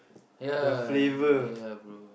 ya ya bro